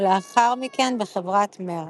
ולאחר מכן בחברת מרק.